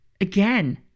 again